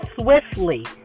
swiftly